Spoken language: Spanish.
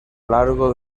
largo